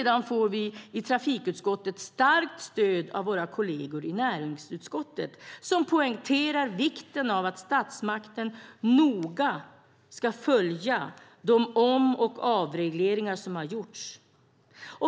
I trafikutskottet får vi starkt stöd av våra kolleger i näringsutskottet som poängterar vikten av att statsmakten noga följer de om och avregleringar som har gjorts.